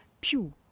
Pew